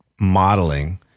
modeling